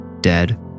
dead